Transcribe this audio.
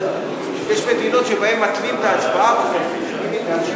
יש מדינות שבהן מתלים את החופש בהצבעה,